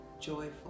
joyful